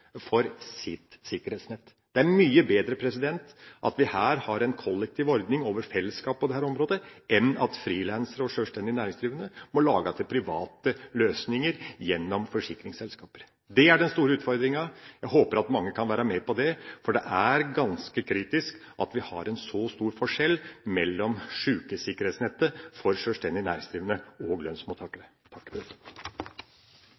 for sitt sikkerhetsnett. Det er mye bedre at vi her har en kollektiv ordning over fellesskapet på dette området enn at frilansere og sjølstendig næringsdrivende må lage til private løsninger gjennom forsikringsselskaper. Det er den store utfordringa. Jeg håper at mange kan være med på det, for det er ganske kritisk at vi har en så stor forskjell mellom sjukesikkerhetsnettet for sjølstendig næringsdrivende og